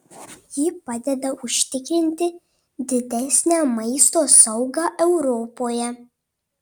ji padeda užtikrinti didesnę maisto saugą europoje